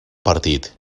partit